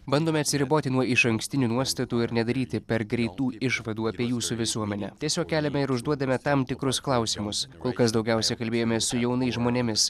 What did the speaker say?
bandome atsiriboti nuo išankstinių nuostatų ir nedaryti per greitų išvadų apie jūsų visuomenę tiesiog keliame ir užduodame tam tikrus klausimus kol kas daugiausia kalbėjomės su jaunais žmonėmis